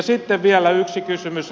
sitten vielä yksi kysymys